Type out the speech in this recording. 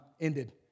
ended